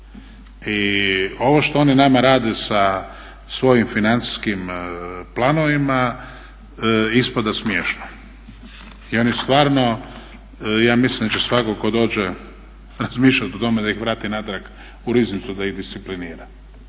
I ovo što oni nama rade sa svojim financijskim planovima ispada smiješno. I oni stvarno ja mislim da će svatko tko dođe razmišljati o tome da ih vrati natrag u Riznicu da ih disciplinira.